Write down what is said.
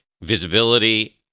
visibility